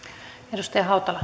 arvoisa